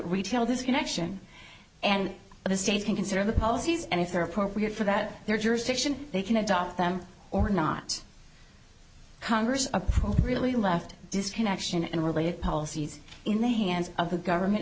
retail this connection and the states can consider the policies and if they're appropriate for that their jurisdiction they can adopt them or not congress approved really left disconnection and related policies in the hands of the government